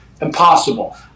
Impossible